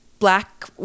black